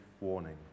warning